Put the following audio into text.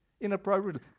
inappropriately